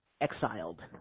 exiled